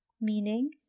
meaning